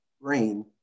brain